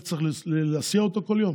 אתה צריך להסיע אותו כל יום?